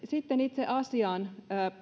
sitten itse asiaan